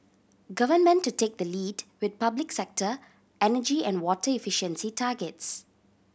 government to take the lead with public sector energy and water efficiency targets